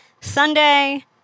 Sunday